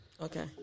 Okay